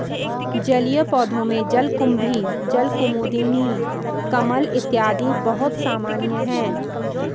जलीय पौधों में जलकुम्भी, जलकुमुदिनी, कमल इत्यादि बहुत सामान्य है